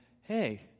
hey